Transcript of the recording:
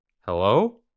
Hello